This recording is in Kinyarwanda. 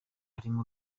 harimo